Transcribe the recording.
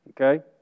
Okay